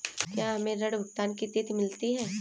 क्या हमें ऋण भुगतान की तिथि मिलती है?